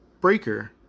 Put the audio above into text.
Breaker